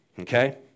okay